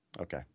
Okay